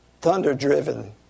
thunder-driven